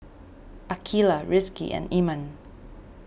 Aqeelah Rizqi and Iman